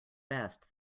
best